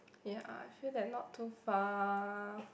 ya sure that not too far